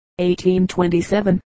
1827